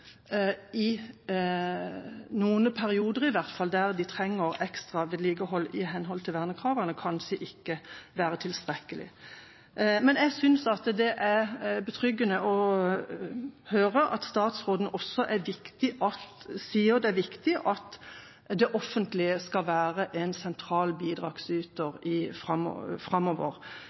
i hvert fall i noen perioder der de trenger ekstra vedlikehold i henhold til vernekravene, kanskje ikke være tilstrekkelig. Men jeg synes det er betryggende å høre at statsråden sier at det er viktig at det offentlige skal være en sentral bidragsyter framover,